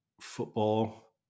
football